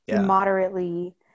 moderately